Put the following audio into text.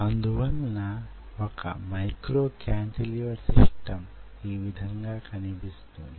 అందువలన వొక micro cantilever system ఈ విధంగా కనిపిస్తుంది